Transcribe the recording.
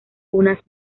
unas